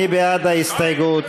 מי בעד ההסתייגות?